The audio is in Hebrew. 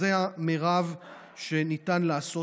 זה המרב שניתן לעשות.